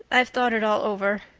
i've thought it all over.